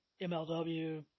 MLW